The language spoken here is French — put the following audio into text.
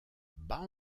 bat